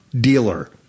dealer